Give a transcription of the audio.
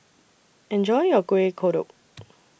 Enjoy your Kueh Kodok